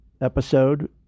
episode